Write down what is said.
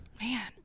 man